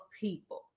people